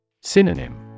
Synonym